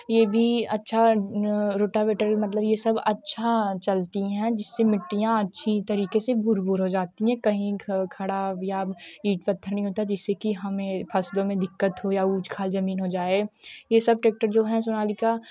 ये भी अच्छा रोटाबेटर मतलब ये सब अच्छा चलती हैं जिससे मिट्टियाँ अच्छी तरीके से भुर भुर हो जाती हैं कहीं खड़ा बिया ईंट पत्थर नहीं होता जिससे कि हमें फसलों में दिक्कत हो या ऊँच खाल ज़मीन हो जाए ये सब ट्रेक्टर जो है सोनालिका